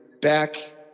back